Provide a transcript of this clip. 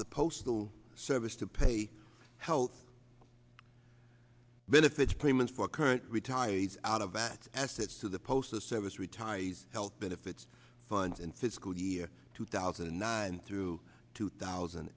the postal service to pay health benefits payments for current retirees out of vat assets to the postal service retirees health benefits funds in fiscal year two thousand and nine through two thousand